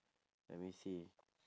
let me see